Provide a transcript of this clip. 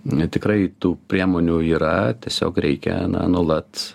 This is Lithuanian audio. n tikrai tų priemonių yra tiesiog reikia na nuolat